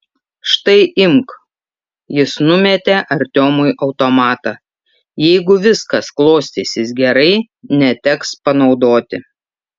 štai imk jis numetė artiomui automatą jeigu viskas klostysis gerai neteks panaudoti